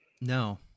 No